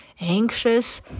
anxious